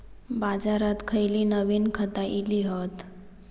बाजारात खयली नवीन खता इली हत?